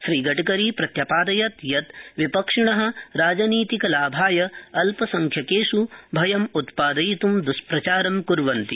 श्रीगडकरी प्रत्यपादयत् यत् विपक्षिण राजनीतिकलाभाय अल्पसंख्यकेष् भयमुत्पादयितूं दुष्प्रचार ं क्वन्ति